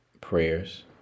prayers